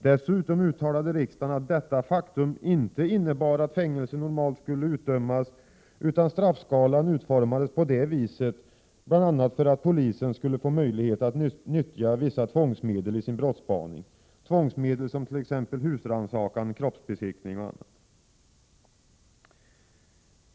Dessutom uttalade riksdagen att detta faktum inte innebar att fängelse normalt skulle utdömas, utan straffskalan utformades på det viset bl.a. därför att polisen skulle få möjlighet att nyttja vissa tvångsmedel i sin brottsspaning, tvångsmedel som t.ex. husrannsakan och kroppsbesiktning.